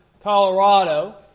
Colorado